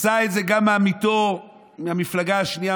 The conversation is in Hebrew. עשה את זה גם עמיתו מהמפלגה השנייה,